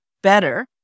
Better